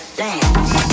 dance